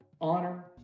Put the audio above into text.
honor